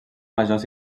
majors